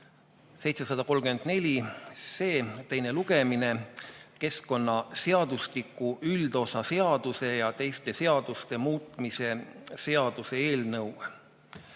734 SE, keskkonnaseadustiku üldosa seaduse ja teiste seaduste muutmise seaduse eelnõu